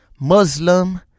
Muslim